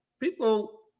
people